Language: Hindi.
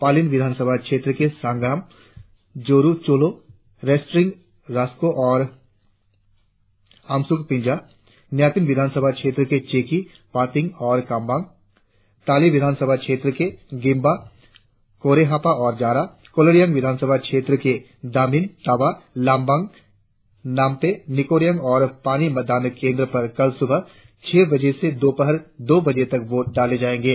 पालिन विधानसभा क्षेत्र के संग्राम जोरु चोलो रेस्टरिंग राकसो और अमसुकपिंजा न्यापिन विधानसभा क्षेत्र के चेकी पातिंग और कामबांग ताली विधानसभा क्षेत्र के गिम्बा कोरेहापा और जारा कोलोरियांग विधानसभा क्षेत्र के दामिन ताबा लांगबांग नाम्पे निकोरियांग और पानी मतदान केंद्र पर कल सुबह छह से दोपहर दो बजे तक वोट डाले जाएंगे